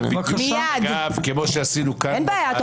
אין בעיה.